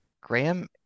Graham